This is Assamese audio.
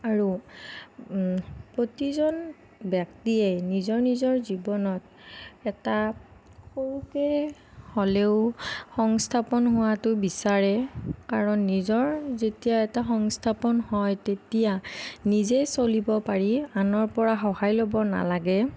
আৰু প্ৰতিজন ব্যক্তিয়েই নিজৰ নিজৰ জীৱনত এটা সৰুকৈ হ'লেও সংস্থাপন হোৱাতো বিচাৰে কাৰণ নিজৰ যেতিয়া এটা সংস্থাপন হয় তেতিয়া নিজে চলিব পাৰি আনৰ পৰা সহায় ল'ব নালাগে